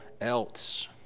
else